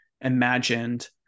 imagined